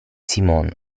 simon